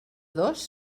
dos